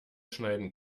schneiden